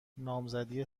نامزدی